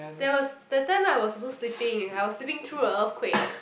there was that time I was also sleeping I was sleeping through a earthquake